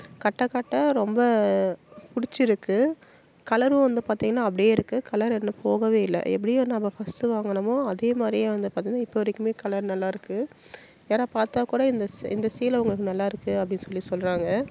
கட்டக்கட்ட ரொம்ப பிடிச்சிருக்கு கலரும் வந்து பார்த்திங்கனா அப்படியே இருக்கு கலரு இன்னும் போகவே இல்லை எப்படியோ நாம ஃபர்ஸ்ட்டு வாங்கினமோ அதேமாதிரியே வந்து பார்த்திங்கனா இப்போ வரைக்குமே கலர் நல்லா இருக்கு யாராக பார்த்தாக்கூட இந்த இந்த சீலை உங்களுக்கு நல்லா இருக்கு அப்படி சொல்லி சொல்லுறாங்க